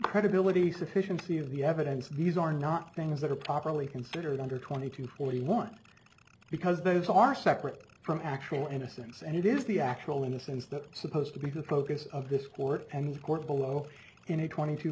credibility sufficiency of the evidence these are not things that are properly considered under twenty two forty one because those are separate from actual innocence and it is the actual innocence that supposed to be the focus of this court and the court below in a twenty to